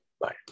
bye